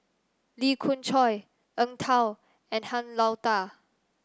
Lee Khoon Choy Eng Tow and Han Lao Da